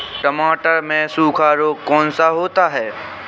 टमाटर में सूखा रोग कौन सा होता है?